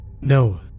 No